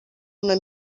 una